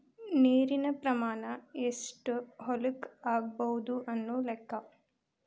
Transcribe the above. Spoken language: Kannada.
ನೇರಿನ ಪ್ರಮಾಣಾ ಎಷ್ಟ ಹೊಲಕ್ಕ ಆಗಬಹುದು ಅನ್ನು ಲೆಕ್ಕಾ